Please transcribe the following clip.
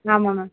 ஆமாம் மேம்